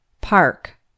Park